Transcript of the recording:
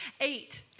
Eight